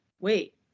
Wait